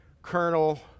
Colonel